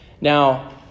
Now